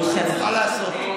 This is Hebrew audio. מה לעשות?